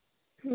अस्सी हज़ार